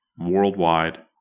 worldwide